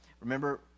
Remember